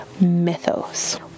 mythos